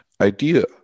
idea